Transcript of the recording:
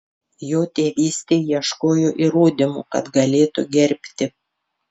jo tėvystei ieškojo įrodymų kad galėtų gerbti